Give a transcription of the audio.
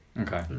Okay